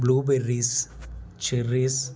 blue berries cherries